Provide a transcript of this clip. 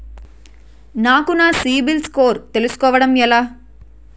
నాకు నా CIBIL score తెలుసుకోవడం ఎలా?